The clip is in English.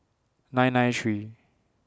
nine nine three